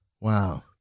Wow